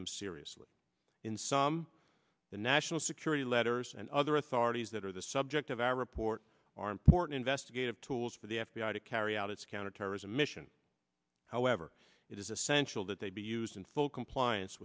them seriously in some the national security letters and other authorities that are the subject of our report are important investigative tools for the f b i to carry out its counterterrorism mission however it is essential that they be used in full compliance